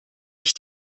ich